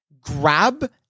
grab